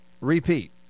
repeat